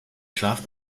schlaf